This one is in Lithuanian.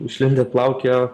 išlindę plaukiojo